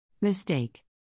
mistake